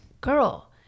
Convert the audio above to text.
girl